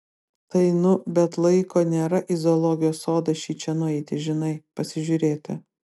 tai nu bet laiko nėra į zoologijos sodą šičia nueiti žinai pasižiūrėti